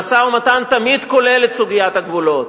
המשא-ומתן תמיד כולל את סוגיית הגבולות,